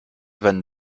van